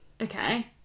Okay